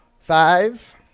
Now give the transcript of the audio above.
Five